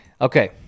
Okay